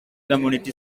community